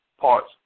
parts